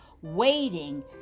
waiting